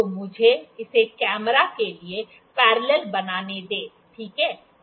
तो मुझे इसे कैमरे के लिए पैरेलेल बनाने दें ठीक है